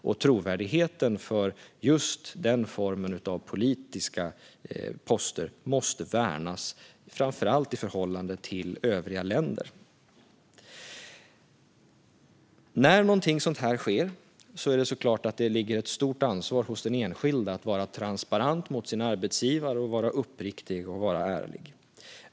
Och trovärdigheten för just den formen av politiska poster måste värnas, framför allt i förhållande till övriga länder. När något sådant här sker ligger det såklart ett stort ansvar hos den enskilde att vara transparent mot sin arbetsgivare och vara uppriktig och ärlig.